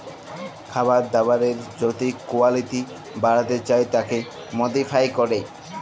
খাবার দাবারের যদি কুয়ালিটি বাড়াতে চায় তাকে মডিফাই ক্যরে